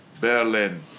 Berlin